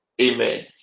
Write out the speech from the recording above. Amen